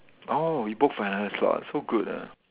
oh you book for another slot ah so good ah